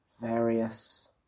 Various